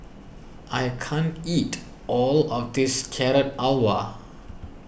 I can't eat all of this Carrot Halwa